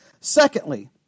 Secondly